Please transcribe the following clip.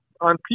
on